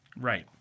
right